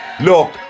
Look